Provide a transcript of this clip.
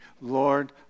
Lord